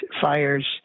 fires